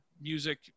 music